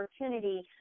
opportunity